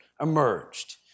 emerged